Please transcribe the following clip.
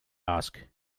ask